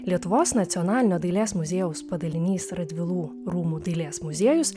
lietuvos nacionalinio dailės muziejaus padalinys radvilų rūmų dailės muziejus